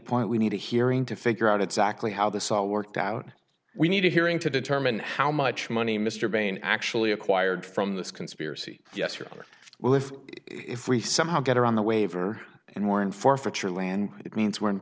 point we need a hearing to figure out exactly how this all worked out we need a hearing to determine how much money mr bayne actually acquired from this conspiracy yes or well if if we somehow get around the waiver and more in forfeiture land it means we're